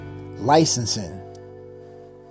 licensing